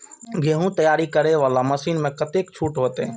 गेहूं तैयारी करे वाला मशीन में कतेक छूट होते?